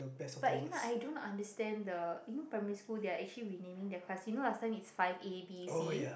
but you know I don't understand the you know primary school they are actually renaming their class you know last time is five A B C